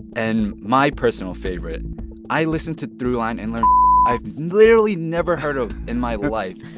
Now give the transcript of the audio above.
and my personal favorite i listen to throughline and learn i've literally never heard of in my life.